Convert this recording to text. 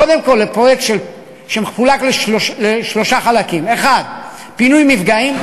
קודם כול לפרויקט שמחולק לשלושה חלקים: 1. פינוי מפגעים